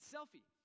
Selfie